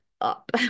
up